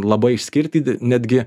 labai išskirti netgi